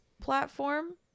platform